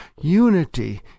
unity